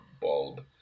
bulb